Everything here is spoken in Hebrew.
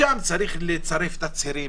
שם צריך לצרף תצהירים,